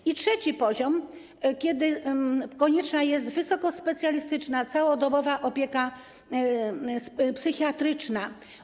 I trzeci poziom, kiedy konieczna jest wysokospecjalistyczna, całodobowa opieka psychiatryczna.